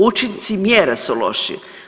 Učinci mjera su loši.